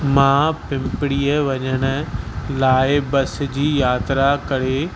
मां पिंपरीअ वञण लाइ बस जी यात्रा करे